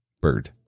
bird